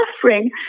suffering